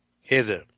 hither